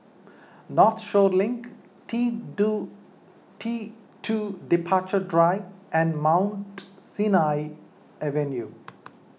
Northshore Link T two T two Departure Drive and Mount Sinai Avenue